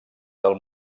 del